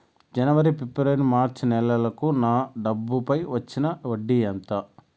జనవరి, ఫిబ్రవరి, మార్చ్ నెలలకు నా డబ్బుపై వచ్చిన వడ్డీ ఎంత